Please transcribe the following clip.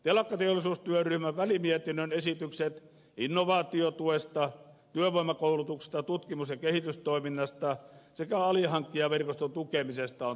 telakkateollisuustyöryhmän välimietinnön esitykset innovaatiotuesta työvoimakoulutuksesta tutkimus ja kehitystoiminnasta sekä alihankkijaverkoston tukemisesta on toteutettava